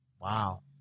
Wow